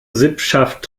sippschaft